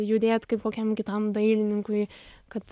judėt kaip kokiam kitam dailininkui kad